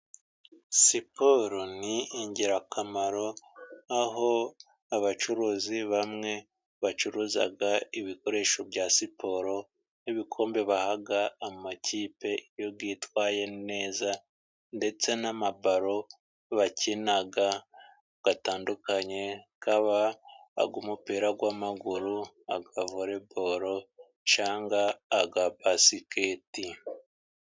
Siporo ni ingirakamaro, aho abacuruzi bamwe bacuruza ibikoresho bya siporo, n'ibikombe baha amakipe iyo yitwaye neza, ndetse n'amabalo bakina atandukanye, yaba ay'umupira w'amaguru nka vole bolo, cyangwa aya basiketi.